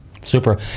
Super